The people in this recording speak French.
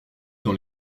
dans